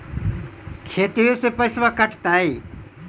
खतबे से पैसबा कटतय?